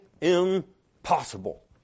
impossible